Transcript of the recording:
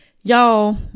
Y'all